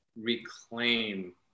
reclaim